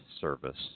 service